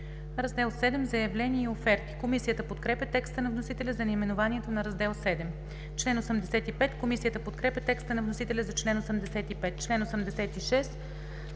„Раздел VII – Заявления и оферти“. Комисията подкрепя текста на вносителя за наименованието на Раздел VII. Комисията подкрепя текста на вносителя за чл. 85.